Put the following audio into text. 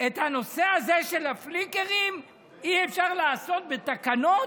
את הנושא הזה של הפליקרים אי-אפשר לעשות בתקנות?